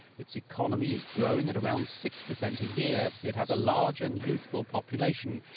its economy is growing at around six percent a year. it has a large and youthful population,